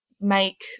make